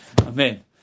Amen